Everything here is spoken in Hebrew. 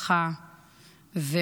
נרצחה אישה,